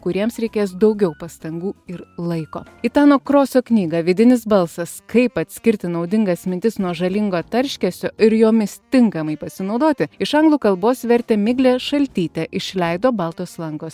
kuriems reikės daugiau pastangų ir laiko itano krosio knygą vidinis balsas kaip atskirti naudingas mintis nuo žalingo tarškesio ir jomis tinkamai pasinaudoti iš anglų kalbos vertė miglė šaltytė išleido baltos lankos